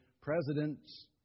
presidents